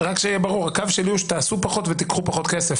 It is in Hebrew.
הקו שלי הוא שתעשו פחות ותיקחו פחות כסף,